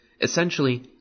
Essentially